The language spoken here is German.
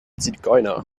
zigeuner